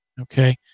okay